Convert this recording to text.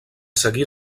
seguir